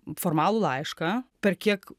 formalų laišką per kiek